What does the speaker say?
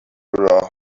راه